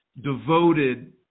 devoted